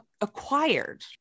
acquired